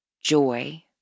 joy